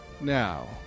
Now